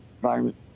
environment